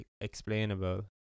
explainable